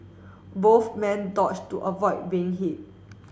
both men dodged to avoid being hit